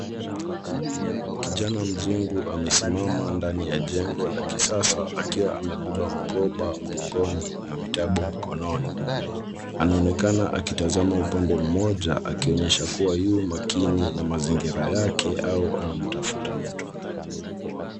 Kijana mzungu amesimama ndani ya jengo la kisasa akiwa amebeba mkoba mgongoni na vitabu mkononi. Anaonekana akitazama upande mmoja akionyesha kuwa yu makini na mazingira yake au anamtafuta mtu.